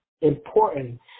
important